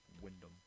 Wyndham